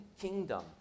kingdom